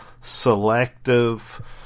selective